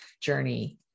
journey